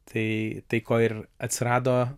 tai tai ko ir atsirado